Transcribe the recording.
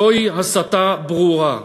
זוהי הסתה ברורה.